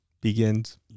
begins